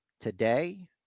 today